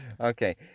Okay